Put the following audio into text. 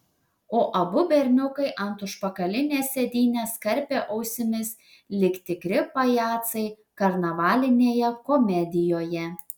o abu berniukai ant užpakalinės sėdynės karpė ausimis lyg tikri pajacai karnavalinėje komedijoje